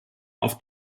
auf